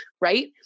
Right